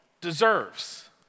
deserves